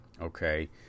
Okay